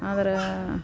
ಆದ್ರೆ